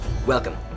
Welcome